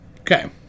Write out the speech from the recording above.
Okay